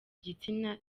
gitsina